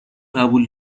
قبول